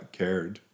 cared